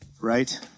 right